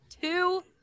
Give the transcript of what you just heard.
two